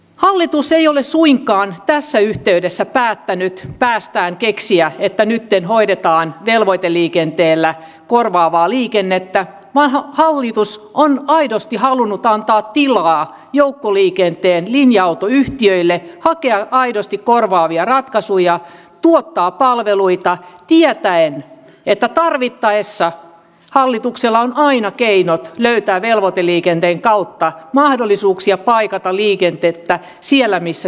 hallitus ei ole suinkaan tässä yhteydessä päättänyt päästään keksiä että nytten hoidetaan velvoiteliikenteellä korvaavaa liikennettä vaan hallitus on aidosti halunnut antaa tilaa joukkoliikenteen linja autoyhtiöille hakea aidosti korvaavia ratkaisuja tuottaa palveluita tietäen että tarvittaessa hallituksella on aina keinot löytää velvoiteliikenteen kautta mahdollisuuksia paikata liikennettä siellä missä sitä ei synny